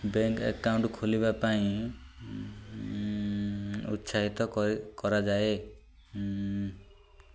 bank account ଖୋଲିବା ପାଇଁ ଉତ୍ସାହିତ କରାଯାଏ